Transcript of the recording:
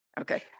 okay